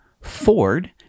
Ford